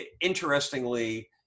interestingly